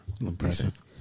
Impressive